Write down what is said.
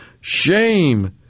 shame